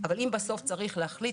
אבל אם בסוף צריך להחליט,